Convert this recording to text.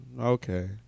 okay